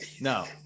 No